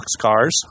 boxcars